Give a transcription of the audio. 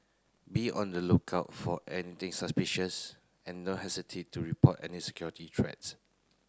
be on the lookout for anything suspicious and no hesitate to report any security threats